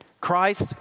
Christ